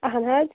اہن حظ